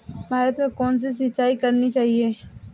भाता में कौन सी सिंचाई करनी चाहिये?